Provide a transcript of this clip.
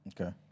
Okay